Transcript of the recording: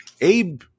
Abe